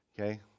okay